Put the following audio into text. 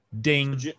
Ding